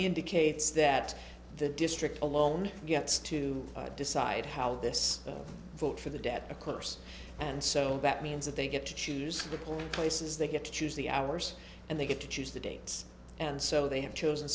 indicates that the district alone gets to decide how this vote for the death of course and so that means that they get to choose the places they get to choose the hours and they get to choose the dates and so they have chosen